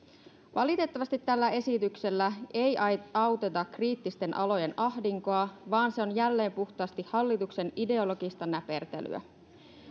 valitettavasti tällä esityksellä ei auteta kriittisten alojen ahdinkoa vaan se on jälleen puhtaasti hallituksen ideologista näpertelyä